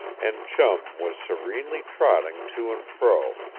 and chum was serenely trotting to and fro,